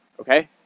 okay